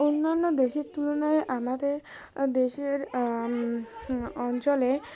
অন্যান্য দেশের তুলনায় আমাদের দেশের অঞ্চলে